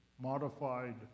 modified